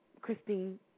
Christine